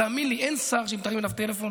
תאמין לי שאין שר שאם תרים אליו טלפון